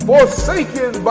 Forsaken